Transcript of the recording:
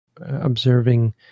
observing